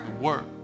Work